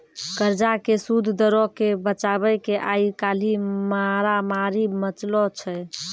कर्जा के सूद दरो के बचाबै के आइ काल्हि मारामारी मचलो छै